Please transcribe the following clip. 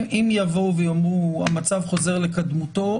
יבואו ויאמרו שהמצב חוזר לקדמותו,